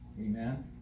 Amen